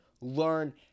learn